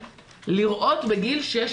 לראות בגיל 6,